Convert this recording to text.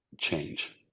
change